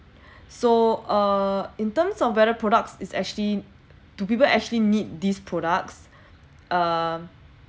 so uh in terms of better products is actually do people actually need these products uh